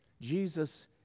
Jesus